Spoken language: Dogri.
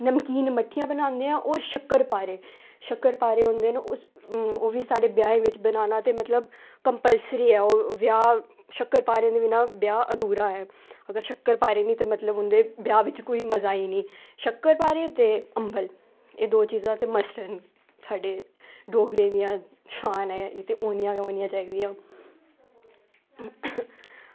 नमकीन मट्ठियां बनांदे न होर शक्करवारे शक्करवारे होंदे न ओह्बी साढ़े ब्याहें च बनाना ते मतलब कम्पलसरी ऐ ओह् ब्याह् शक्करवारे निं बनाओ ब्याह् अधूरा ऐ ते शक्करवारे निं मतलब उंदे ब्याह दा मज़ा निं ऐ शक्करवारे ते अम्बल एह् दौ चीज़ां मस्ट न साढ़े डोगरी ब्याह् च शान ऐ ते होनियां गै होनियां चाही दियां न